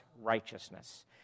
righteousness